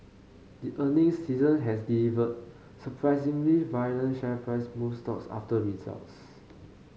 this earnings season has delivered surprisingly violent share price moves stocks after results